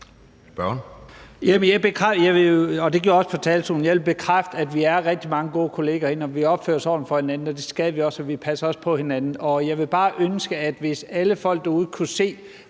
på talerstolen – at vi er rigtig mange gode kollegaer herinde, og vi opfører os ordentligt over for hinanden, det skal vi også, og vi passer også på hinanden. Jeg ville bare ønske, at alle folk derude kunne se,